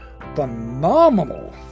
phenomenal